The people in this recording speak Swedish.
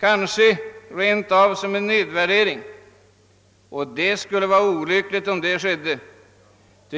kanske rent av som en nedvärdering, och det skulle vara olyckligt.